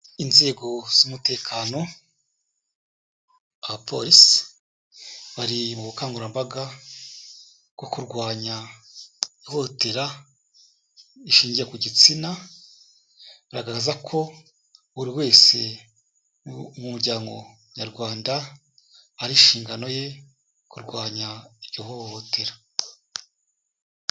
Inzego z'umutekano, abapolisi bari mu bukangurambaga bwo kurwanya ihohotera rishingiye ku gitsina, bigaragaza ko buri wese mu muryango nyarwanda ari inshingano ye kurwanya iryo hohotera.